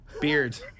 Beard